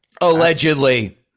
Allegedly